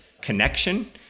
connection